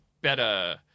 better